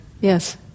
yes